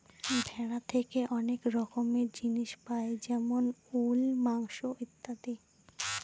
ভেড়া থেকে অনেক রকমের জিনিস পাই যেমন উল, মাংস ইত্যাদি